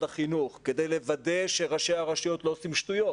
החינוך כדי לוודא שראשי הרשויות לא עושים שטויות